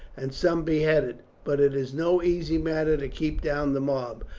and some beheaded, but it is no easy matter to keep down the mob.